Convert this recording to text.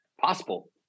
possible